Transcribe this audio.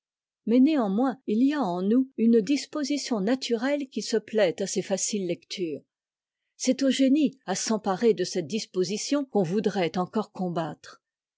mais néanmoins il y a en nous une disposition naturelle qui se plaît à ces faciles lectures c'est au génie à s'emparer de cette disposition qu'on voudrait encore combattre